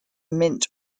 mint